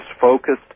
focused